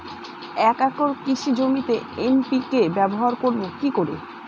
এক একর কৃষি জমিতে এন.পি.কে ব্যবহার করব কি করে?